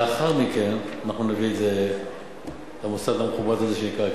לאחר מכן אנחנו נביא את זה למוסד המכובד הזה שנקרא הכנסת.